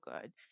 good